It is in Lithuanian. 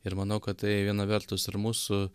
ir manau kad tai viena vertus ir mūsų